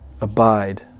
abide